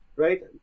Right